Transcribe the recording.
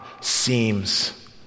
seems